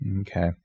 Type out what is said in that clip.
Okay